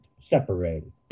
separated